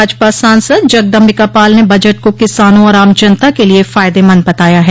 भाजपा सांसद जगदम्बिकापाल ने बजट को किसानों और आम जनता के लिये फायदेमंद बताया है